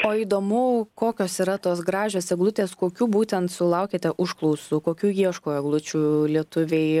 o įdomu kokios yra tos gražios eglutės kokių būtent sulaukiate užklausų kokių ieško eglučių lietuviai